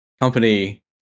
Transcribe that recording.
company